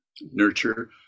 nurture